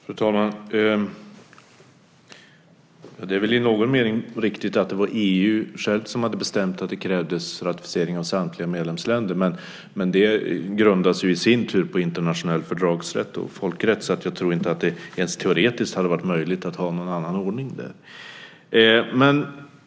Fru talman! Det är i någon mening riktigt att det var EU själv som hade bestämt att det krävdes ratificering av samtliga medlemsländer. Men det grundar sig i sin tur på internationell fördragsrätt och folkrätt, så jag tror inte att det ens teoretiskt hade varit möjligt att ha någon annan ordning där.